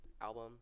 album